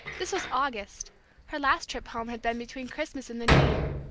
this was august her last trip home had been between christmas and the new year.